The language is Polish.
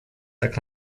tak